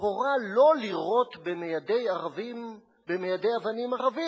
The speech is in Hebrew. הורה לא לירות במיידי אבנים ערבים